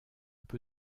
peu